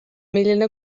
milline